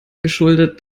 geschuldet